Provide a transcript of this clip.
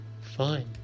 Fine